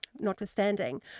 notwithstanding